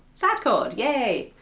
sad chord, yay!